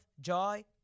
joy